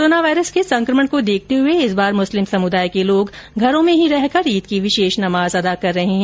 corona virus के संकमण को देखते हुए इस बार मुस्लिम समुदाय के लोग घरों पर ही रहकर ईद की विशेष नमाज अदा कर रहे है